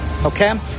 Okay